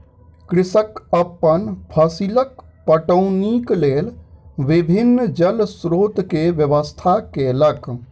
कृषक अपन फसीलक पटौनीक लेल विभिन्न जल स्रोत के व्यवस्था केलक